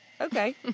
Okay